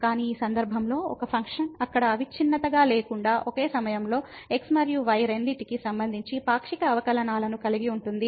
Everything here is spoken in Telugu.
కానీ ఈ సందర్భంలో ఒక ఫంక్షన్ అక్కడ అవిచ్ఛిన్నత గా లేకుండా ఒక సమయంలో x మరియు y రెండింటికి సంబంధించి పాక్షిక అవకలనాలును కలిగి ఉంటుంది